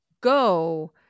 go